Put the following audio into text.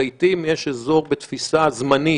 מסתכלים על קונטקסט של מים,